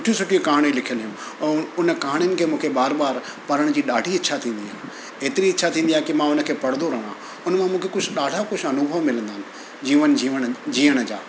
सुठियूं सुठियूं कहाणियूं लिखियलु आहिनि ऐं उन कहाणियुनि खे मूंखे बार बार पढ़ण जी ॾाढी इच्छा थींदी आहे एतिरी इच्छा थींदी आहे की मां उनखे पढ़ंदो रहां उन मां मूंखे कुझु ॾाढा कुझु अनुभव मिलंदा आहिनि जीवन जीवण जीअण जा